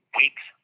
weeks